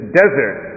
desert